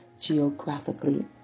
geographically